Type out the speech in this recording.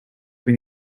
been